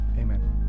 amen